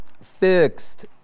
fixed